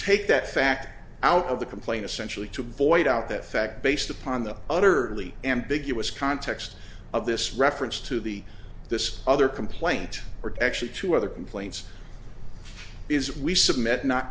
take that fact out of the complain essentially to void out that fact based upon the utterly ambiguous context of this reference to the this other complaint or actually two other complaints because we submit not